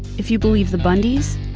if you believe the bundys,